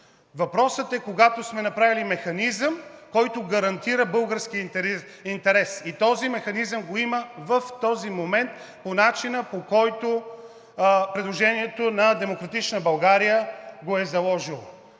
Въпросът е, когато сме направили механизъм, който гарантира българския интерес, и този механизъм го има в този момент по начина, по който предложението на „Демократична България“ го е заложило!